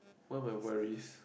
what we're worries